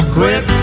quit